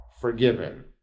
forgiven